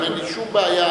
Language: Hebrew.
אין לי שום בעיה,